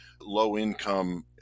low-income